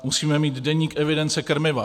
Musíme mít deník evidence krmiva.